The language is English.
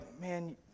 man